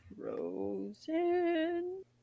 frozen